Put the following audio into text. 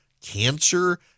cancer